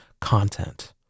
content